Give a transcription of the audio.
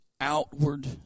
outward